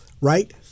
right